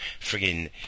friggin